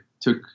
took